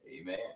Amen